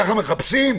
ככה מחפשים?